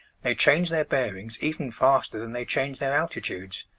they change their bearings even faster than they change their altitudes.